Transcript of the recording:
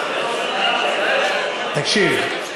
תקשיב,